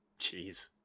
Jeez